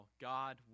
God